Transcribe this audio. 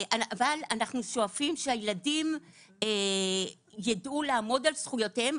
אבל אנחנו שואפים שהילדים יידעו לעמוד על זכויותיהם,